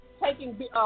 Taking